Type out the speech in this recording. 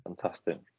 Fantastic